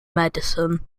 medicine